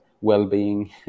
well-being